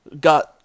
got –